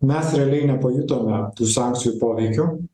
mes realiai nepajutome tų sankcijų poveikio